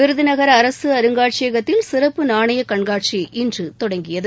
விருதுநகர் அரசுஅருங்காட்சியகத்தில் சிறப்பு நாணயகண்காட்சி இன்றுதொடங்கியது